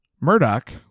Murdoch